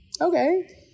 okay